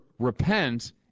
repent